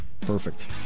Perfect